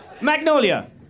Magnolia